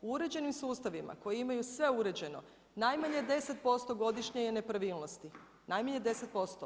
U uređenim sustavima koji imaju sve uređeno, najmanje 10% godišnje je nepravilnosti, najmanje 10%